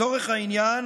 לצורך העניין,